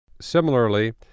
Similarly